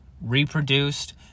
reproduced